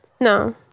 no